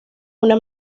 una